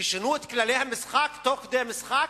ששינו את כללי המשחק תוך כדי המשחק?